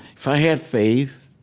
if i had faith